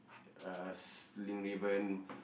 uh sling ribbon